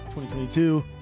2022